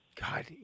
God